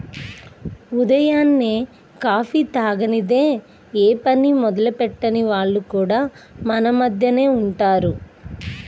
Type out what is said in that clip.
ఉదయాన్నే కాఫీ తాగనిదె యే పని మొదలెట్టని వాళ్లు కూడా మన మద్దెనే ఉంటారు